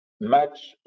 match